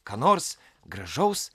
ką nors gražaus